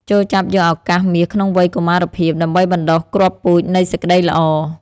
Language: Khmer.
ចូរចាប់យកឱកាសមាសក្នុងវ័យកុមារភាព ដើម្បីបណ្ដុះគ្រាប់ពូជនៃសេចក្ដីល្អ។